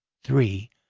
three,